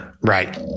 Right